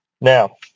Now